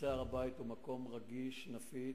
נושא הר-הבית הוא מקום רגיש, נפיץ,